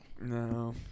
No